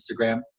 instagram